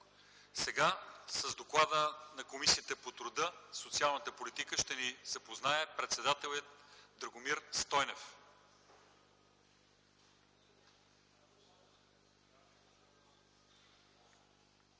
Сега с доклада на Комисията по труда и социалната политика ще ви запознае председателят й Драгомир Стойнев.